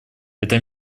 это